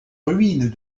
ruines